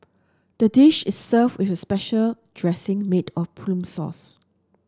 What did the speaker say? the dish is served with a special dressing made of plum sauce